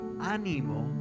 ánimo